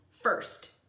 first